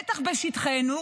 בטח בשטחנו,